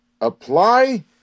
apply